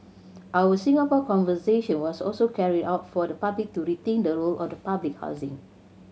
our Singapore Conversation was also carried out for the public to rethink the role of the public housing